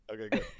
Okay